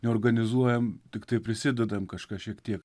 neorganizuojam tiktai prisidedam kažką šiek tie